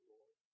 Lord